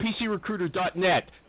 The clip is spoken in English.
PcRecruiter.net